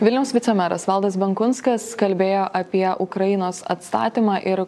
vilniaus vicemeras valdas benkunskas kalbėjo apie ukrainos atstatymą ir